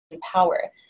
power